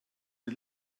den